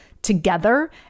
together